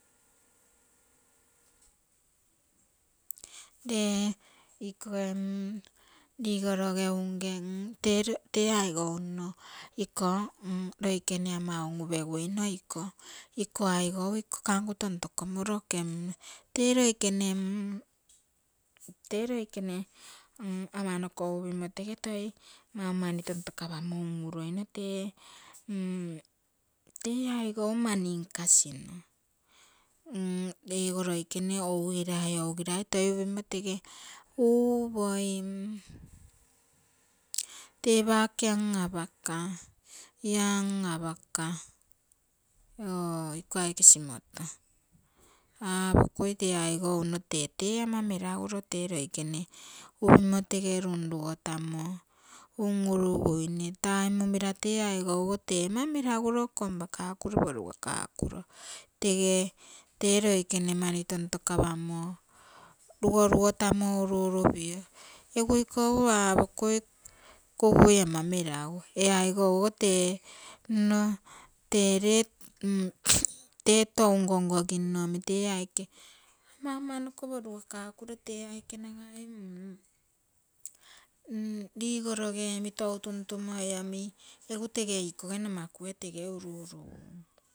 Lee iko rigoroge unge tee aigou nno iko tee loikene ama un-upe guino iko, iko aigou iko kangu tontoka moro, tee loikene, tee loikene ama noko upimo tege toi mau mani tontokapamo un-uruino. Tee aisou mani nkasino ego loikene ougira, ougirai toi upimo tege uupoim, tee pake an-apaka, ia an-apaka oo iko aike simoto, aapokui tee aigou nno tete ama nkaguro tee loikene upimo tege runrugo tamo un-uruguine tai mumira tee aigouogo tee ama melagure kompakakuro, porugakakuro tege tee loikene mani tontokapamo, rugo-rugo tamo uru-uru pio, egu ikou aapokui kugui ama melagu ee aigou ogo tee nno lee, tee touno ngongoginno omi tee aike ama ama noko porugakakuoo tee aike nagai ligoroge omi tou tuntumoi omi egu ikoge tege noma kuge uru-uru.